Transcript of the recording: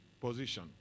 position